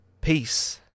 peace